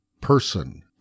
person